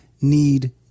need